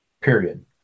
Period